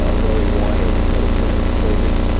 ah laurie winer, the critic there, quoted